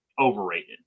overrated